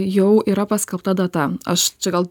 jau yra paskelbta data aš čia gal